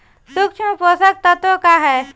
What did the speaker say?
सूक्ष्म पोषक तत्व का ह?